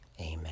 Amen